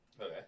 Okay